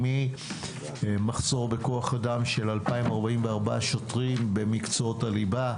ממחסור בכוח אדם של 2,044 שוטרים במקצועות הליבה,